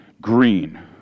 green